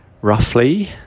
roughly